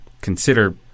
consider